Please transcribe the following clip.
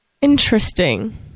interesting